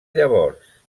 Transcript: llavors